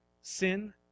Sin